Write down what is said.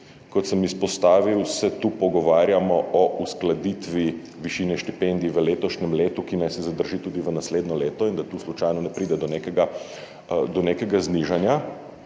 Kot sem izpostavil, se tu pogovarjamo o uskladitvi višine štipendij v letošnjem letu, ki naj se zadrži tudi v naslednje leto, in da tu slučajno ne pride do nekega znižanja.